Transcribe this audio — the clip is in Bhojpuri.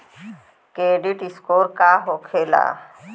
क्रेडीट स्कोर का होला?